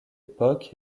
époque